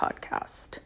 podcast